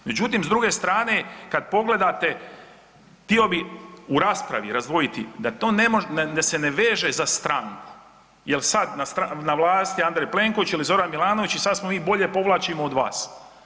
Međutim s druge strane kad pogledate htio bih u raspravi razdvojiti da to se ne veže na stranku jel sad na vlasti Andrej Plenković ili Zoran Milanović i sada mi bolje povlačimo od vas.